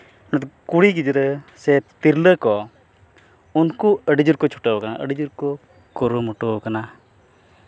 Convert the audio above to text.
ᱠᱩᱲᱤ ᱜᱤᱫᱽᱨᱟᱹ ᱥᱮ ᱛᱤᱨᱞᱟᱹ ᱠᱚ ᱩᱱᱠᱩ ᱟᱹᱰᱤᱡᱳᱨ ᱠᱚ ᱪᱷᱩᱴᱟᱹᱣ ᱟᱠᱟᱱᱟ ᱟᱹᱰᱤᱡᱳᱨ ᱠᱚ ᱠᱩᱨᱩᱢᱩᱴᱩ ᱠᱟᱱᱟ